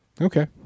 okay